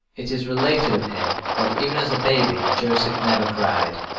it is related of him that even as a baby joseph never cried,